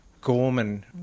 gorman